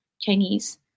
Chinese